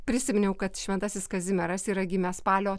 prisiminiau kad šventasis kazimieras yra gimęs spalio